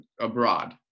abroad